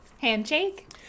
Handshake